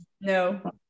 No